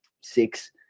six